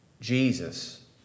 Jesus